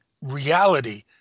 reality